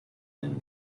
within